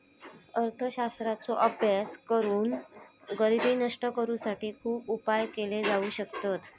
अर्थशास्त्राचो अभ्यास करून गरिबी नष्ट करुसाठी खुप उपाय केले जाउ शकतत